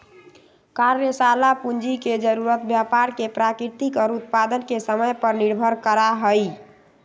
कार्यशाला पूंजी के जरूरत व्यापार के प्रकृति और उत्पादन के समय पर निर्भर करा हई